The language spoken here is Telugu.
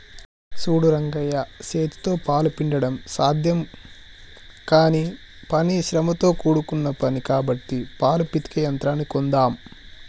సూడు రంగయ్య సేతితో పాలు పిండడం సాధ్యం కానీ పని శ్రమతో కూడుకున్న పని కాబట్టి పాలు పితికే యంత్రాన్ని కొందామ్